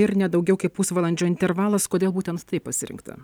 ir ne daugiau kaip pusvalandžio intervalas kodėl būtent taip pasirinkta